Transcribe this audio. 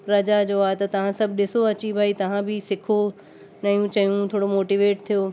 राजा जो आहे त तव्हां सभु ॾिसो अची भाई तव्हां बि सिखो नयू शयूं थोरो मोटिवेट थियो